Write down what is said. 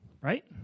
right